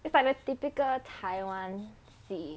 is like the typical taiwan 戏